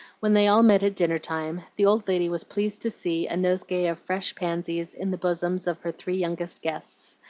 when they all met at dinner-time the old lady was pleased to see a nosegay of fresh pansies in the bosoms of her three youngest guests,